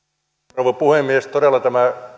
rouva puhemies todella tämä